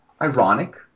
ironic